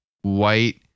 white